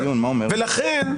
ולכן,